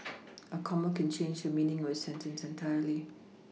a comma can change the meaning of a sentence entirely